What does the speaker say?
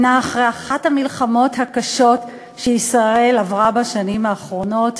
שנה אחרי אחת המלחמות הקשות שישראל עברה בשנים האחרונות,